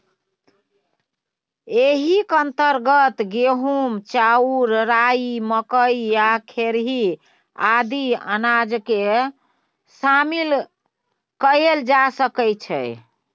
एहिक अंतर्गत गहूम, चाउर, राई, मकई आ खेरही आदि अनाजकेँ शामिल कएल जा सकैत छै